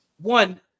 one